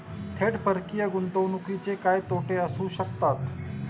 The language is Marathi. थेट परकीय गुंतवणुकीचे काय तोटे असू शकतात?